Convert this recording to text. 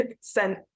sent